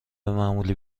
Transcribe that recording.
معمولی